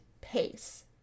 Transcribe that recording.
pace